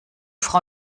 frau